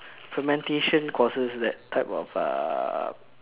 fermentation causes that type of uh